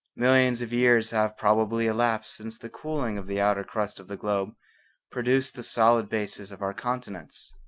millions of years have probably elapsed since the cooling of the outer crust of the globe produced the solid basis of our continents.